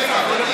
אכלת אותה,